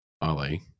Ali